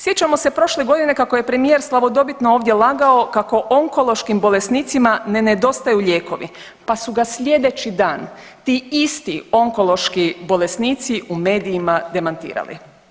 Sjećamo se prošle godine kako je premijer slavodobitno ovdje lagao kako onkološkim bolesnicima ne nedostaju lijekovi pa su ga sljedeći dan ti isti onkološki bolesnici u medijima demantirali.